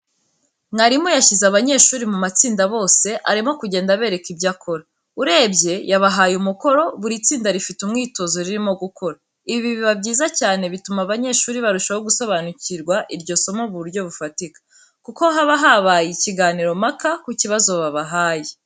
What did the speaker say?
Mwarimu yashyize abanyeshuri mu matsinda bose arimo kugenda abereka ibyo akora. Urebye yabahaye umukoro, buri tsinda rifite umwitozo ririmo gukora. Ibi biba byiza cyane bituma abanyeshuri barushaho gusobanukirwa iryo somo mu buryo bufatika, kuko habahabaye ikiganiro mpaka ku kibazo babahaye.